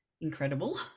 incredible